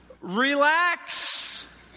relax